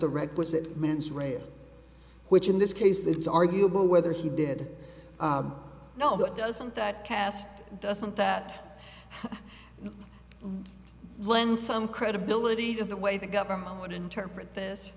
the requisite mens rea which in this case it's arguable whether he did know doesn't that cast doesn't that lend some credibility to the way the government would interpret this